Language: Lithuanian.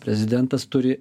prezidentas turi